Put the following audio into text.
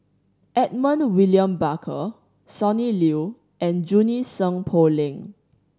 Edmund William Barker Sonny Liew and Junie Sng Poh Leng